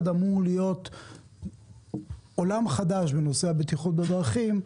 אמור להיות עולם חדש בנושא הבטיחות בדרכים.